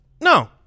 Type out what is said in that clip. no